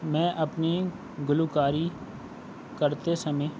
میں اپنی گلوکاری کرتے سمعے